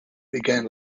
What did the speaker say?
began